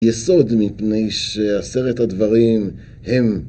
יסוד מפני שעשרת הדברים הם